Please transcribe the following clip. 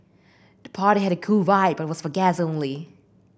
the party had a cool vibe but was for guests only